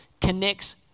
connects